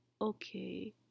Okay